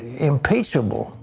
ah impeachable.